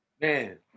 Man